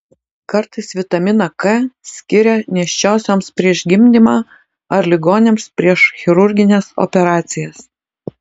kartais vitaminą k skiria nėščiosioms prieš gimdymą ar ligoniams prieš chirurgines operacijas